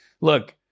look